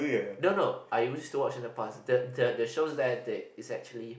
no no I used to watch in the past the the shows that they is actually